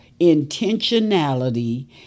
intentionality